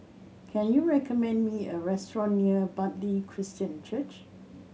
can you recommend me a restaurant near Bartley Christian Church